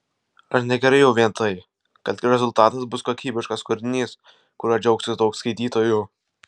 ar ne gerai jau vien tai kad rezultatas bus kokybiškas kūrinys kuriuo džiaugsis daug skaitytojų